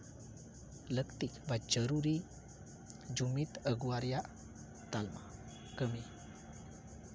ᱞᱟᱹᱠᱛᱤ ᱵᱟ ᱡᱟᱹᱨᱩᱨᱤ ᱡᱩᱢᱤᱫ ᱟ ᱜᱩᱣᱟ ᱨᱮᱭᱟᱜ ᱛᱟᱞᱢᱟ ᱠᱟᱹᱢᱤ